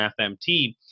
FMT